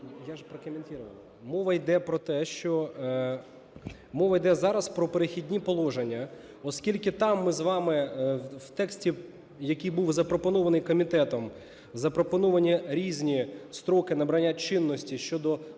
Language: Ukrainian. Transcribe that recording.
йде про те, що… Мова йде зараз про "Перехідні положення". Оскільки там ми з вами, в тексті, який був запропонований комітетом, запропоновані різні строки набрання чинності щодо